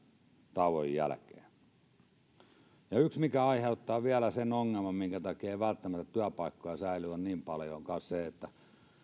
tauon jälkeen vielä yksi mikä aiheuttaa sen ongelman minkä takia ei välttämättä työpaikkoja säily niin paljon on kanssa se että